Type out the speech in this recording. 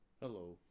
Hello